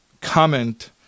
comment